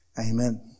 Amen